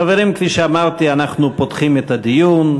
חברים, כפי שאמרתי, אנחנו פותחים את הדיון.